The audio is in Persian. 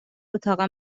اتاق